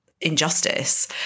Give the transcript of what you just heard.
injustice